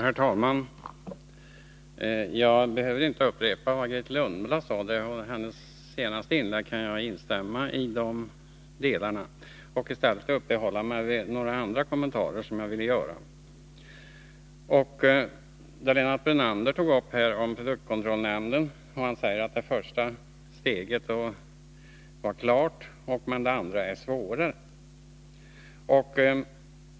Herr talman! Jag behöver inte upprepa vad Grethe Lundblad sade. Hennes senaste inlägg kan jag instämma i. Jag skall i stället göra några andra kommentarer. Lennart Brunander tog upp produktkontrollnämnden och sade att det första steget var klart men att det andra är svårare.